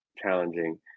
challenging